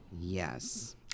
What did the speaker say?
yes